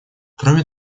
кроме